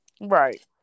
right